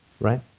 right